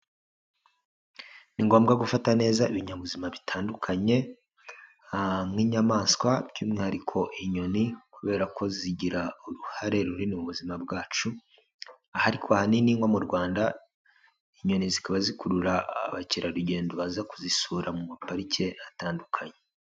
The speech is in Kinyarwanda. Ni ngombwa gufata neza ibinyabuzima bitandukanye nk'inyamaswa by'umwihariko inyoni kubera ko zigira uruhare runini mu buzima bwacu, aha ariko ahanini nko mu Rwanda, inyoni zikaba zikurura ba mukerarugendo baza kuzisura mu maparike atandukanye.